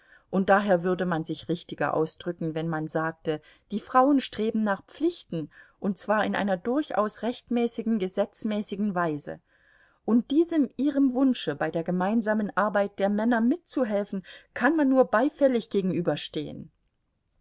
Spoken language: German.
und daher würde man sich richtiger ausdrücken wenn man sagte die frauen streben nach pflichten und zwar in einer durchaus rechtmäßigen gesetzmäßigen weise und diesem ihrem wunsche bei der gemeinsamen arbeit der männer mitzuhelfen kann man nur beifällig gegenüberstehen